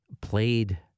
played